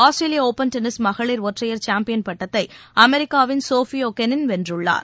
ஆஸ்திரேலிய open tennis மகளிர் ஒற்றையர் champion பட்டத்தை அமெரிக்காவின் சோஃபியா கெனின் வென்றுள்ளார்